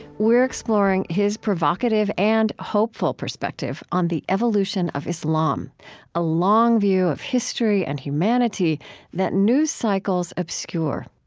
we're exploring his provocative and hopeful perspective on the evolution of islam a long view of history and humanity that news cycles obscure